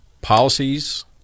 Policies